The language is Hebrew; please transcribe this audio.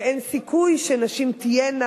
ואין סיכוי שנשים תהיינה,